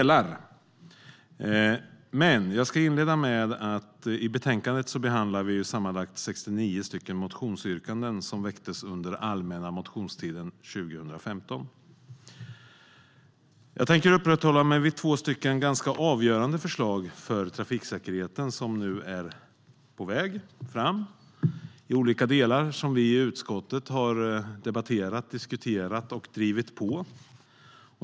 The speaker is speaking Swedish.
Låt mig dock inleda med att säga att vi i betänkandet behandlar sammanlagt 69 motionsyrkanden från allmänna motionstiden 2015.Jag tänker uppehålla mig vid två för trafiksäkerheten ganska avgörande förslag som nu är på väg fram, som vi i utskottet har debatterat, diskuterat och drivit på.